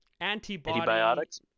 antibiotics